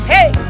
Hey